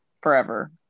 forever